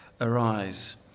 arise